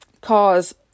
cause